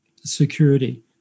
security